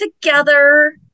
together